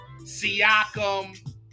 Siakam